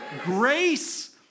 Grace